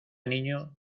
niño